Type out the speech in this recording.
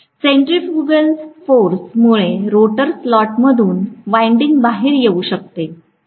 centrifugal force मुळे rotor स्लॉटमधून winding बाहेर येऊ शकते